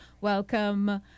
welcome